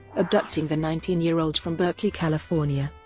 abducting the nineteen year old from berkeley, california.